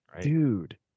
Dude